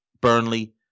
Burnley